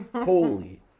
Holy